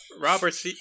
Robert